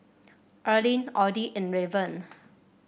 Earline Audy and Raven